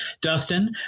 Dustin